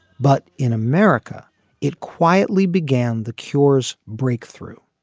but in america it quietly began the cure's breakthrough.